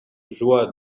joie